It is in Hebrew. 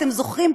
אתם זוכרים,